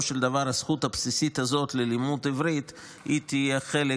של דבר הזכות הבסיסית הזאת ללימוד עברית תהיה חלק